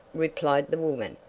replied the woman.